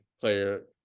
player